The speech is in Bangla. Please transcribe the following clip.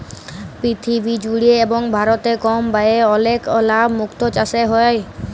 পীরথিবী জুড়ে এবং ভারতে কম ব্যয়ে অলেক লাভ মুক্ত চাসে হ্যয়ে